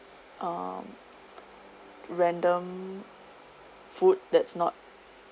um random food that's not